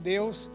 Deus